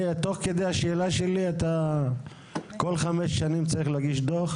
כל חמש שנים צריך להגיש דוח?